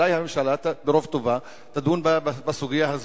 אולי הממשלה ברוב טובה תדון בסוגיה הזו.